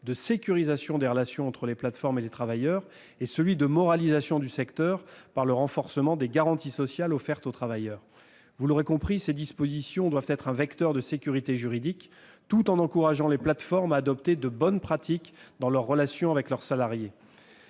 de sécurisation des relations entre les plateformes et les travailleurs, d'une part, le besoin de moralisation du secteur par le renforcement des garanties sociales offertes à ces travailleurs, d'autre part. Vous l'aurez compris, ces dispositions doivent être un vecteur de sécurité juridique, tout en encourageant les plateformes à adopter de bonnes pratiques dans leurs relations avec leurs salariés.